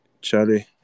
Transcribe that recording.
Charlie